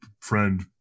friend